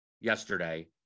yesterday